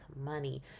money